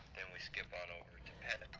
then we skip on over to pets.